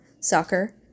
soccer